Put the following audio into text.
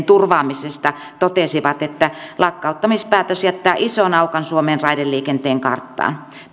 turvaamisesta totesivat että lakkauttamispäätös jättää ison aukon suomen raideliikenteen karttaan